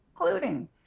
including